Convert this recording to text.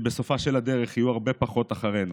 של הדרך יהיו הרבה פחות אחרינו.